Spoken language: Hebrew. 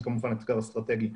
שהוא אתגר אסטרטגי,